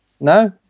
No